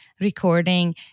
recording